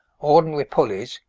ordinary pulleys,